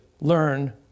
learn